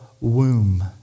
Womb